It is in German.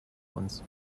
uns